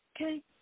Okay